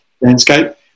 landscape